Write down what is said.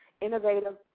innovative